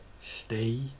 stay